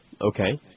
okay